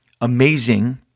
amazing